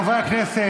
חברי הכנסת,